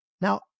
now